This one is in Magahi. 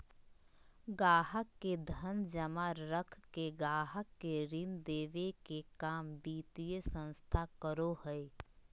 गाहक़ के धन जमा रख के गाहक़ के ऋण देबे के काम वित्तीय संस्थान करो हय